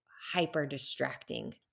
hyper-distracting